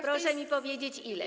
Proszę mi powiedzieć ile.